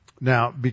Now